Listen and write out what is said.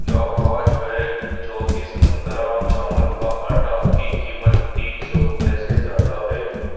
کیا پانچ بیگ چوبیس منترا چاول کا آٹا کی قیمت تین سو روپئے سے زیادہ ہے